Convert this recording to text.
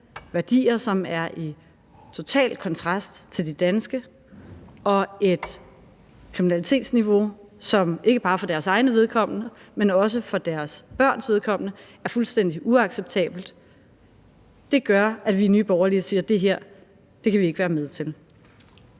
værdier, som er i total kontrast til de danske, og et kriminalitetsniveau, som ikke bare for deres eget vedkommende, men også deres børns vedkommende, er fuldstændig uacceptabelt, og det gør, at vi i Nye Borgerlige siger, at det her kan vi ikke være med til.